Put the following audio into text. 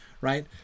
Right